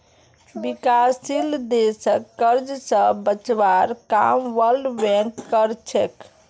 विकासशील देशक कर्ज स बचवार काम वर्ल्ड बैंक कर छेक